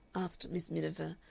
asked miss miniver,